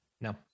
No